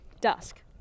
dusk